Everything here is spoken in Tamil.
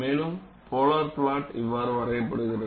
மேலும் போலார் புளொட் இவ்வாறு வரையப்படுகிறது